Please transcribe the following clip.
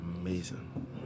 amazing